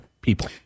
people